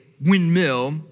windmill